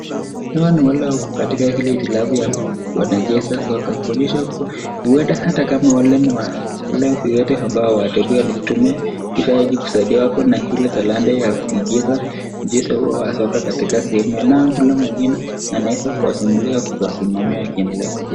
Hawa ni wale wako katika ile hitilafu ya wanacheza soka. Kuonyesha kuwa huenda hata kama wale ni wale viwete ambao wametembea kutumia kifaa hiki kusaidiwa, wako na ile talanta ya kucheza mchezo huu wa soka katika sehemu. Naye yule mwingine ameweza kuwachungulia kuwasimamia wakicheza.